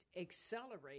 accelerate